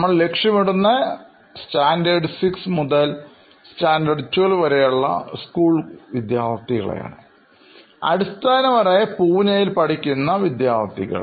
നമ്മൾ ലക്ഷ്യമിടുന്നത് ആറാം ക്ലാസ്സ് മുതൽ പന്ത്രണ്ടാം ക്ലാസ് വരെയുള്ള സ്കൂൾ വിദ്യാർഥികളാണ് അടിസ്ഥാനപരമായി അവർ പൂനെയിൽ പഠിക്കുന്നവരാണ്